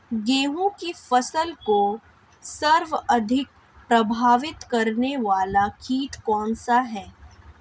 गेहूँ की फसल को सर्वाधिक प्रभावित करने वाला कीट कौनसा है?